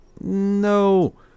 No